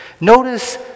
Notice